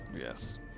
Yes